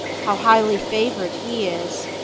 how highly favoured he is!